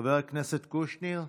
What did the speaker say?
חבר הכנסת קושניר,